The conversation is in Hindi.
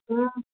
हाँ